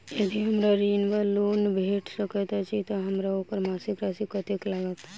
यदि हमरा ऋण वा लोन भेट सकैत अछि तऽ हमरा ओकर मासिक राशि कत्तेक लागत?